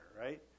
right